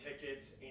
tickets